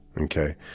Okay